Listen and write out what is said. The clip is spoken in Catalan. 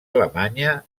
alemanya